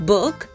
Book